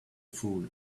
fool